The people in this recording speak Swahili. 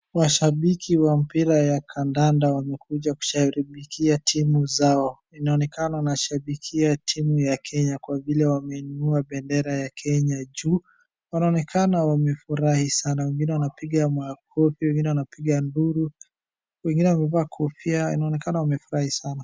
Washabiki wa mpira ya kandanda wamekuja kushabikia timu zao. Inaonekana wanashabikia timu ya Kenya kwa vile wameinua bendera ya Kenya, juu Wanaonekana wamefurahi sana. Wengine wanapiga makofi, wengine wanapiga nduru. Wengine wamevaa kofia. Inaonekana wamefurahi sana.